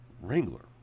wrangler